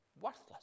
worthless